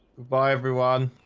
bye everyone